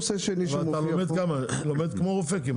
לומדים לזה כמעט כמו רופא.